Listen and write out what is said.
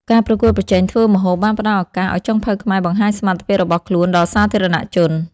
ការប្រកួតប្រជែងធ្វើម្ហូបបានផ្តល់ឱកាសឲ្យចុងភៅខ្មែរបង្ហាញសមត្ថភាពរបស់ខ្លួនដល់សាធារណជន។